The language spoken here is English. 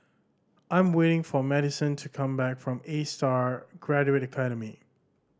I'm waiting for Madyson to come back from Astar Graduate Academy